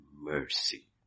mercy